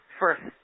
first